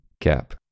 Cap